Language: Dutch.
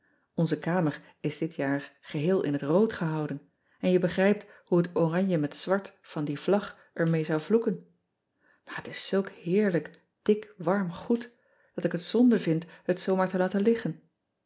nze kamer is dit jaar geheel in het rood gehouden en je begrijpt hoe het oranje met zwart van die vlag er mee zou vloeken aar het is zulk heerlijk dik warm goed dat ik het zonde vind het zoo maar te laten liggen